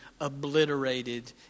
obliterated